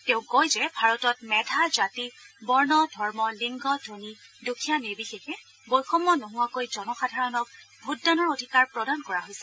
তেওঁ কয় যে ভাৰতত মেধা জাতি বৰ্ণ ধৰ্ম লিংগ ধনী দুখীয়া নিৰ্বিশেষে বৈষম্য নোহোৱাকৈ জনসাধাৰণক ভোটদানৰ অধিকাৰ প্ৰদান কৰা হৈছে